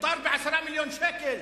מותר ב-10 מיליוני שקל,